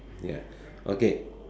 ya okay